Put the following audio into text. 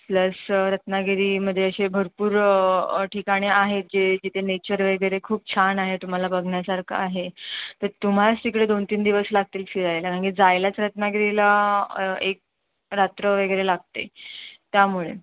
plus रत्नागिरीमध्ये असे भरपूर ठिकाणे आहेत जे जिथे नेचर वगैरे खूप छान आहे तुम्हाला बघण्यासारखं आहे तर तुम्हालाच तिकडे दोन तीन दिवस लागतील फिरायला कारण की जायलाच रत्नागिरीला एक रात्र वगैरे लागते त्यामुळे